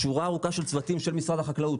שורה ארוכה של צוותים של משרד החקלאות,